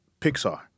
Pixar